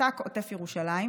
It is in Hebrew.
מת"ק עוטף ירושלים,